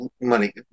money